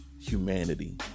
humanity